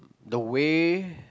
the way